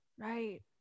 right